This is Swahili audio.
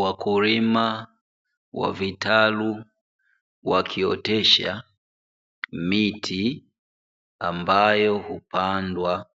Wakulima wa vitalu wakiotesha miti, ambayo hupandwa